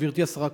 גברתי השרה,